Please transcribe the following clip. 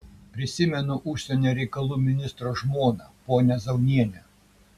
prisimenu užsienio reikalų ministro žmoną ponią zaunienę